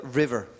river